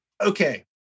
Okay